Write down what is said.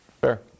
Fair